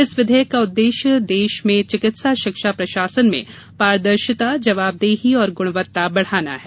इस विधेयक का उद्देश्य देश में चिकित्सा शिक्षा प्रशासन में पारदर्शिता जवाबदेही और गुणवत्ता बढ़ाना है